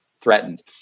threatened